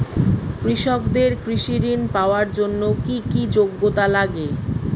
কৃষকদের কৃষি ঋণ পাওয়ার জন্য কী কী যোগ্যতা লাগে?